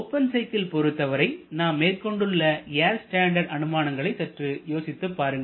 open cycle பொருத்தவரை நாம் மேற்கொண்டுள்ள ஏர் ஸ்டாண்டர்டு அனுமானங்களை சற்று யோசித்துப் பாருங்கள்